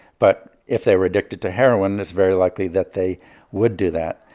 but if they were addicted to heroin, it's very likely that they would do that.